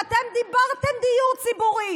ואתם דיברתם על דיור ציבורי.